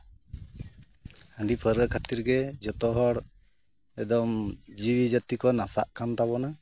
ᱦᱟᱺᱰᱤ ᱯᱟᱹᱞᱨᱟᱹ ᱠᱷᱟᱹᱛᱤᱨᱜᱮ ᱡᱚᱛᱚ ᱦᱚᱲ ᱮᱠᱫᱚᱢ ᱡᱤᱣᱤ ᱡᱟᱹᱛᱤ ᱠᱚ ᱱᱟᱥᱟᱜ ᱠᱟᱱ ᱛᱟᱵᱚᱱᱟ